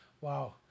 Wow